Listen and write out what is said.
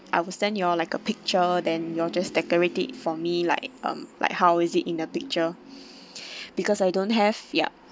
I will send you all like a picture then you all just decorate it for me like um like how is it in the picture because I don't have yup